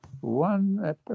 one